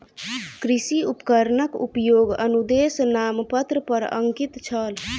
कृषि उपकरणक उपयोगक अनुदेश नामपत्र पर अंकित छल